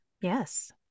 Yes